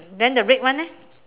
then the red one eh